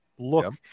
look